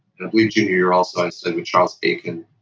i believe junior year also i studied with charles aiken,